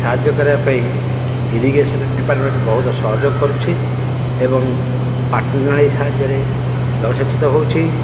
ସାହାଯ୍ୟ କରିବା ପାଇଁ ଇରିଗେସନ୍ ଡିପାର୍ଟମେଣ୍ଟ ବହୁତ ସହଯୋଗ କରୁଛି ଏବଂ ପାଟନାଳୀ ସାହାଯ୍ୟରେ ଜଳସେଚିତ ହେଉଛି